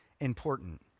Important